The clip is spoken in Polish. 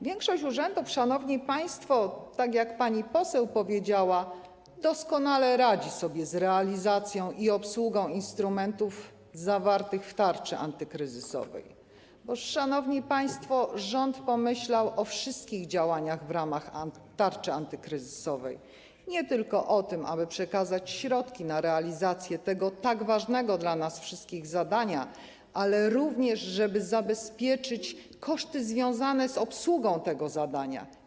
Większość urzędów, szanowni państwo, tak jak pani poseł powiedziała, doskonale radzi sobie z realizacją i obsługą instrumentów zawartych w tarczy antykryzysowej, bo rząd, szanowni państwo, pomyślał o wszystkich działaniach w ramach tarczy antykryzysowej, nie tylko o tym, aby przekazać środki na realizację tego tak ważnego dla nas wszystkich zadania, ale również o tym, żeby zabezpieczyć koszty związane z obsługą tego zadania.